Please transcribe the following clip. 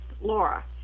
Laura